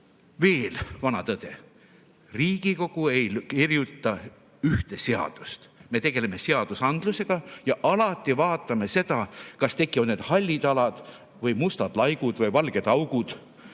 ära. Veel, vana tõde: Riigikogu ei kirjuta ühte seadust. Me tegeleme seadusandlusega ja alati vaatame seda, kas tekivad hallid alad või mustad laigud või valged augud